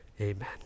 Amen